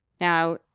Now